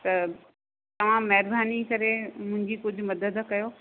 त तव्हां महिरबानी करे मुंहिंजी कुझु मदद कयो